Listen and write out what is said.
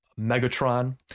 Megatron